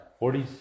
40s